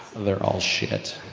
they're all sh